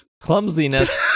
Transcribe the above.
clumsiness